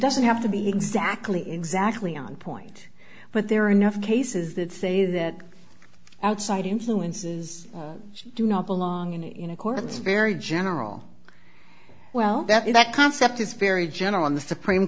doesn't have to be exactly exactly on point but there are enough cases that say that outside influences do not belong in accordance very general well that concept is very general in the supreme